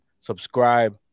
Subscribe